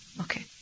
Okay